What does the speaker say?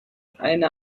eine